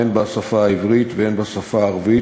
הן בשפה העברית והן בשפה הערבית,